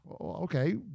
Okay